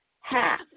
half